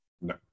No